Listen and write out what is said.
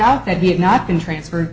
out that he had not been transferred